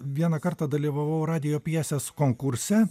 vieną kartą dalyvavau radijo pjesės konkurse